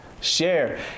share